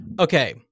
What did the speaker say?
okay